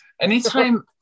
Anytime